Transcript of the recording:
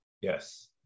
yes